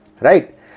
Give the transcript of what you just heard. right